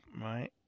Right